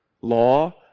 Law